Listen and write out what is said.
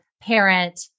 parent